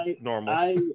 normal